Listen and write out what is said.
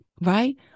right